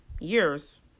years